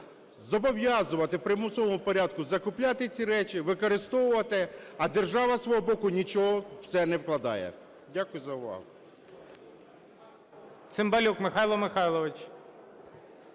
зобов'язувати в примусовому порядку закупляти ці речі, використовувати, а держава зі свого боку нічого в це не вкладає. Дякую за увагу.